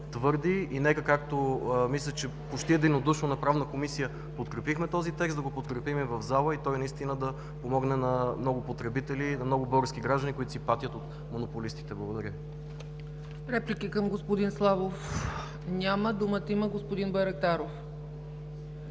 твърди и нека – както мисля, че почти единодушно на Правна комисия подкрепихме този текст, да го подкрепим и в зала, и той наистина да помогне на много потребители, на много български граждани, които си патят от монополистите. Благодаря. ПРЕДСЕДАТЕЛ ЦЕЦКА ЦАЧЕВА: Реплики към господин Славов? Няма. Думата има господин Байрактаров.